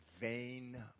vain